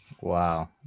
Wow